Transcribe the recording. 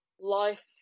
life